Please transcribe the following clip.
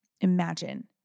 Imagine